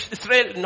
Israel